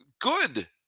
Good